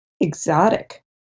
Exotic